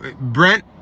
Brent